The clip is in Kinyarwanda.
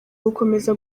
gukomeza